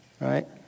right